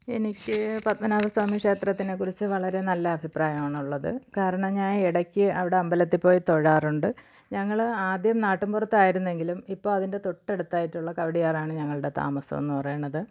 എനിക്ക് പത്മനാഭ സ്വാമി ക്ഷേത്രത്തിനെ കുറിച്ച് വളരെ നല്ല അഭിപ്രായമാണ് ഉള്ളത് കാരണം ഞാൻ ഇടയ്ക്ക് അവിടെ അമ്പലത്തിൽ പോയി തൊഴാറുണ്ട് ഞങ്ങൾ ആദ്യം നാട്ടും പുറത്തായിരുന്നെങ്കിലും ഇപ്പോൾ അതിൻ്റെ തൊട്ടടുത്തായിട്ടുള്ള കവിടിയാറാണ് ഞങ്ങളുടെ താമസെന്ന് പറയണത്